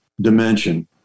dimension